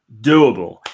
doable